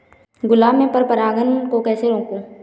गुलाब में पर परागन को कैसे रोकुं?